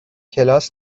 کلاس